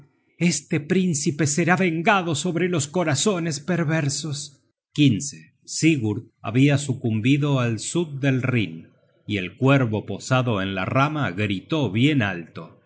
este príncipe será vengado sobre los corazones perversos sigurd habia sucumbido al sud del rhin y el cuervo posado en la rama gritó bien alto